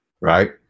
Right